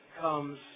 comes